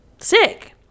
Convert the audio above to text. sick